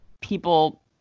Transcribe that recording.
people